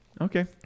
Okay